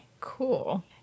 cool